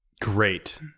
Great